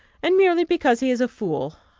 and merely because he is a fool!